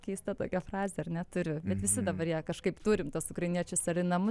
keista tokia frazė ar ne turiu bet visi dabar ją kažkaip turim tuos ukrainiečius ar į namus